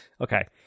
okay